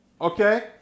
Okay